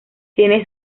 tiene